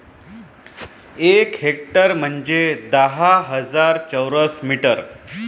एक हेक्टर म्हंजे दहा हजार चौरस मीटर